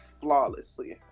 flawlessly